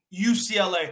UCLA